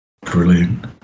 brilliant